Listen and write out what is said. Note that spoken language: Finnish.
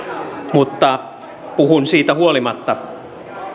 mutta puhun siitä huolimatta